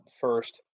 first